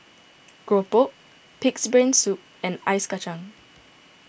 Keropok Pig's Brain Soup and Ice Kacang